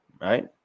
Right